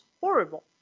horrible